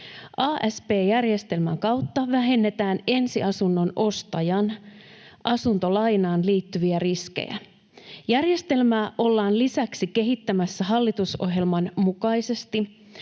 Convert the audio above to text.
Asp-järjestelmän kautta vähennetään ensiasunnon ostajan asuntolainaan liittyviä riskejä. Järjestelmää ollaan lisäksi kehittämässä hallitusohjelman mukaisesti.